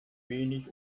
wenig